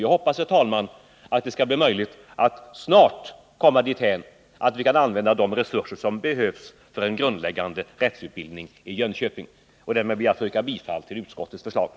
Jag hoppas, herr talman, att det skall bli möjligt att snart anordna grundläggande rättsutbildning i Jönköping. Därmed ber jag att få yrka bifall till utskottets hemställan.